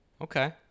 Okay